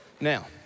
Now